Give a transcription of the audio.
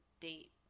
date